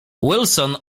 wilson